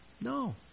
No